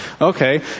Okay